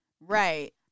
Right